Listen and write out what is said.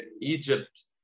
Egypt